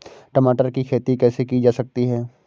टमाटर की खेती कैसे की जा सकती है?